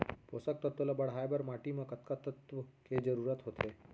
पोसक तत्व ला बढ़ाये बर माटी म कतका तत्व के जरूरत होथे?